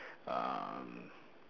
um